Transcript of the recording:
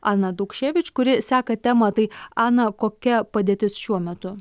ana daukševič kuri seka temą tai ana kokia padėtis šiuo metu